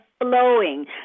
flowing